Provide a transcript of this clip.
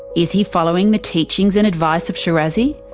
is he following the teachings and advice of shirazi?